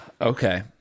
Okay